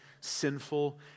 sinful